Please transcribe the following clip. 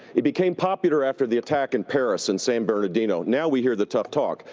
it became popular after the attack in paris, and san bernardino. now we hear the tough talk.